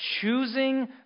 choosing